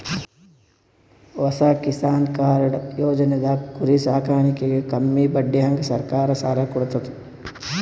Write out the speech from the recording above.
ಹೊಸ Kisan credit card ಯೋಜನೆದಾಗ್ ಕುರಿ ಸಾಕಾಣಿಕೆಗ್ ಕಮ್ಮಿ ಬಡ್ಡಿಹಂಗ್ ಸರ್ಕಾರ್ ಸಾಲ ಕೊಡ್ತದ್